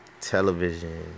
television